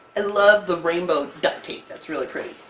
and love the rainbow duct tape, that's really pretty!